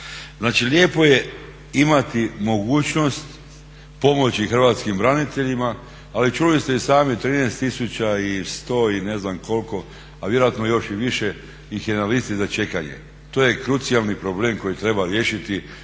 Znači lijepo je imati mogućnost pomoći hrvatskim braniteljima, ali čuli ste i sami 13 tisuća i 100 i ne znam koliko a vjerojatno još i više ih je na listi za čekanje. To je krucijalni problem koji treba riješiti